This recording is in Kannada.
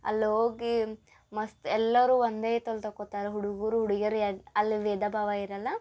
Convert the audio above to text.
ಅಲ್ಲಿ ಹೋಗಿ ಮಸ್ತ್ ಎಲ್ಲರೂ ಒಂದೇ ತಲೆ ತಕೊತಾರ ಹುಡುಗರು ಹುಡುಗಿಯರು ಅಲ್ಲಿ ಭೇದ ಭಾವ ಇರಲ್ಲ